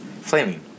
Flaming